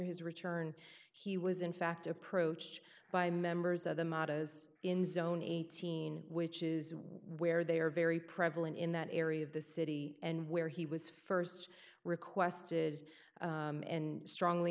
his return he was in fact approached by members of the mottoes in zone eighteen which is where they are very prevalent in that area of the city and where he was st requested and strongly